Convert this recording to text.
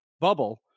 bubble